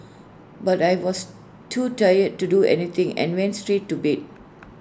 but I was too tired to do anything and went straight to bed